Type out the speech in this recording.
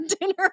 dinner